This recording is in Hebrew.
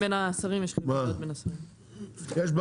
כשיש חילוקי דעות בין השרים יש בעיה,